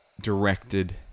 directed